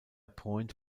point